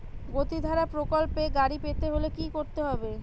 গতিধারা প্রকল্পে গাড়ি পেতে হলে কি করতে হবে?